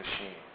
machine